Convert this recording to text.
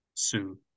sue